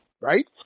right